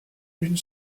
une